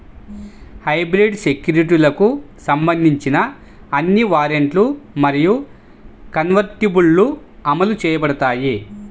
hybrid సెక్యూరిటీలకు సంబంధించిన అన్ని వారెంట్లు మరియు కన్వర్టిబుల్లు అమలు చేయబడతాయి